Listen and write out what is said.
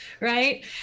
right